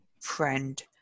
friend